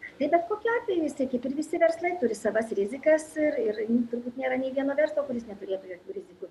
tai bet kokiu atveju jisai kaip ir visi verslai turi tas rizikas ir ir turbūt nėra nei vieno verslo kuris neturėtų jokių rizikų